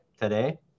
today